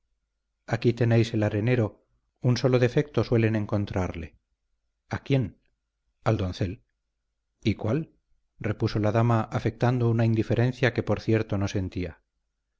aquí tenéis el arenero un sólo defecto suelen encontrarle a quién al doncel y cuál repuso la dama afectando una indiferencia que por cierto no sentía